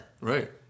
Right